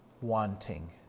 wanting